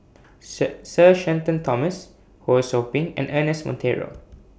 Sir share Shenton Thomas Ho SOU Ping and Ernest Monteiro